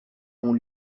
ont